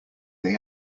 they